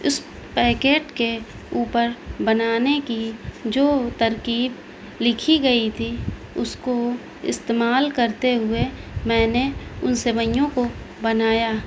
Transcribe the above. اس packet کے اوپر بنانے کی جو ترکیب لکھی گئی تھی اس کو استعمال کرتے ہوئے میں نے ان سوئیوں کو بنایا